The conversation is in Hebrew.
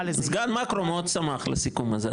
לזה --- סגן מקרו מאוד שמח לסיכום הזה,